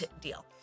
deal